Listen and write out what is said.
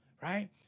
right